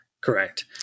Correct